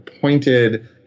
pointed